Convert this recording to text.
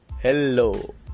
Hello